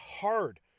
hard